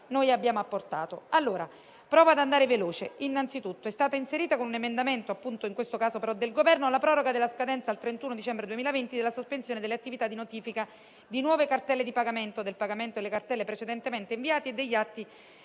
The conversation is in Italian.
abbiamo apportato e proverò ad andare velocemente. Innanzitutto, è stata inserita con un emendamento - del Governo, in questo caso - la proroga della scadenza al 31 dicembre 2020 della sospensione delle attività di notifica di nuove cartelle di pagamento o del pagamento di quelle precedentemente inviate e degli atti